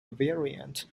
variant